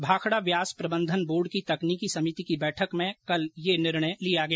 भाखड़ा ब्यास प्रबंधन बोर्ड की तकनीकी समिति की बैठक में कल ये निर्णय लिया गया